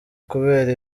kubera